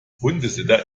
hundesitter